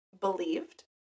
believed